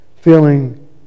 feeling